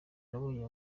nabonye